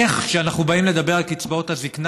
איך כשאנחנו באים לדבר על קצבאות הזקנה,